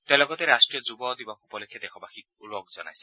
তেওঁ লগতে ৰাষ্ট্ৰীয় যুৱ দিৱস উপলক্ষে দেশবাসীক ওলগ জনাইছে